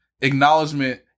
acknowledgement